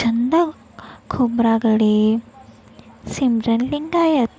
Chandav Khobragade Simran Lingayat